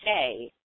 say